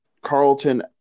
Carlton